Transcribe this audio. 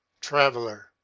Traveler